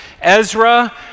Ezra